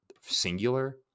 singular